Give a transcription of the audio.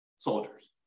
Soldiers